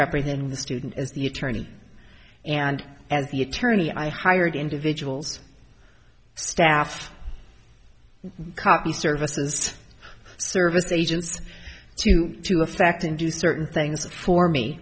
representing the student as the attorney and as the attorney i hired individuals staff copy services service agents to to effect and do certain things for me